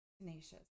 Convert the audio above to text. tenacious